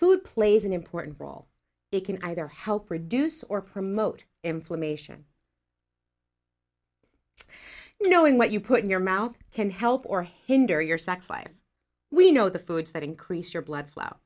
food plays an important role it can either help reduce or promote inflammation you know when what you put in your mouth can help or hinder your sex life we know the foods that increase your blood flow